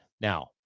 Now